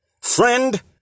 friend